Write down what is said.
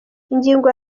ingingo